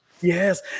Yes